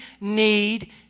need